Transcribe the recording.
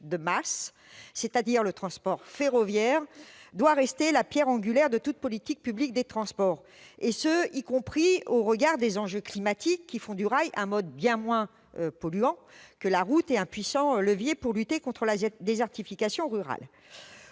de masse, c'est-à-dire le transport ferroviaire, doit rester la pierre angulaire de toute politique publique des transports, et ce y compris au regard des enjeux climatiques, le rail étant un mode bien moins polluant que la route et un puissant levier pour lutter contre la désertification rurale.